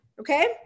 okay